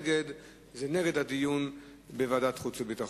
נגד זה נגד הדיון בוועדת החוץ והביטחון.